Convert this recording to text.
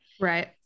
right